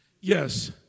yes